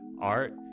art